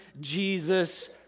Jesus